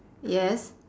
yes